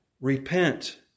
Repent